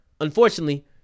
Unfortunately